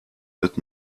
wird